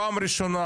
פעם ראשונה,